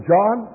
John